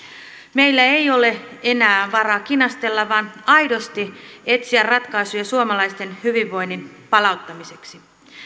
meillä ei ole enää varaa kinastella vaan aidosti etsiä ratkaisuja suomalaisten hyvinvoinnin palauttamiseksi